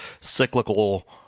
cyclical